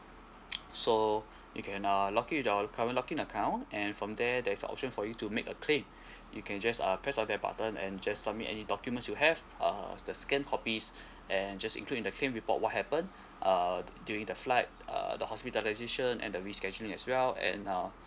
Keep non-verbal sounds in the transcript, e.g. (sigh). so (breath) you can uh log it with your current log in account and from there there's a option for you to make a claim (breath) you can just uh press on that button and just submit any documents you have uh the scanned copies (breath) and just include in the claim report what happened (breath) uh during the flight uh the hospitalization and the rescheduling as well and uh